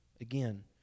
again